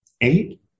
eight